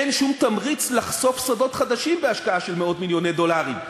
אין שום תמריץ לחשוף שדות חדשים בהשקעה של מאות-מיליוני דולרים,